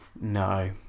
no